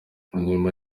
inyuma